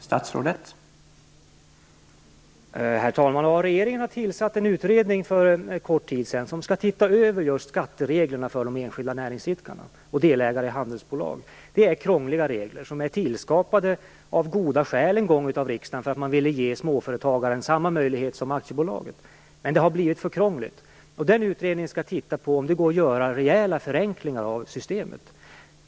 Herr talman! Regeringen har för en kort tid sedan tillsatt en utredning som skall titta över skattereglerna för enskilda näringsidkare och delägare i handelsbolag. Det är krångliga regler. Riksdagen har en gång tillskapat dem av goda skäl, nämligen för att ge småföretagaren samma möjligheter som aktiebolaget, men det har blivit för krångligt. Den här utredningen skall se om det går att göra rejäla förenklingar av systemet.